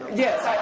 yes, i